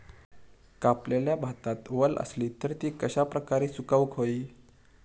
कापलेल्या भातात वल आसली तर ती कश्या प्रकारे सुकौक होई?